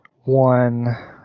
one